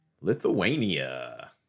Lithuania